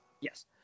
Yes